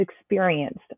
experienced